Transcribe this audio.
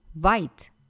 White